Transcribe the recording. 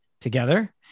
together